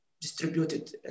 distributed